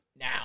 now